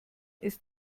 ist